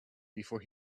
before